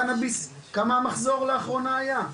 קנאביס הרפואי, כמה המחזור לאחרונה היה?